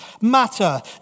matter